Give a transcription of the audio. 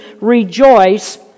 rejoice